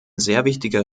wichtiger